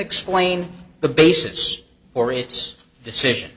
explain the basis for its decision